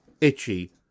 Itchy